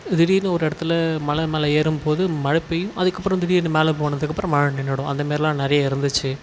திடீர்னு ஒரு இடத்துல மலை மேலே ஏறும் போது மழை பெய்யும் அதுக்கப்புறம் திடீர்னு மேலே போனதுக்கு அப்புறம் மழை நின்றுடும் அந்தமாரிலாம் நிறைய இருந்துச்சு